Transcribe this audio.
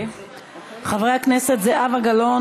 חברי הכנסת זהבה גלאון,